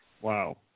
Wow